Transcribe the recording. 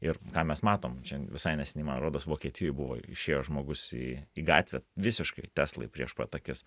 ir ką mes matom čia visai neseniai man rodos vokietijoj buvo išėjo žmogus į gatvę visiškai teslai prieš pat akis